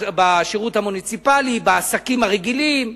בשירות המוניציפלי, בעסקים הרגילים.